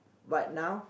but now